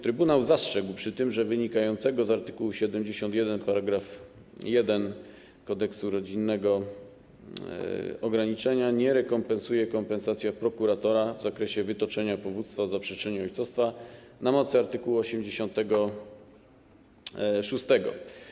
Trybunał zastrzegł przy tym, że wynikającego z art. 71 § 1 kodeksu rodzinnego ograniczenia nie rekompensuje kompensacja prokuratora w zakresie wytoczenia powództwa o zaprzeczenie ojcostwa na mocy art. 86.